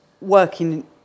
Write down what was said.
working